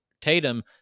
Tatum